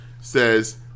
says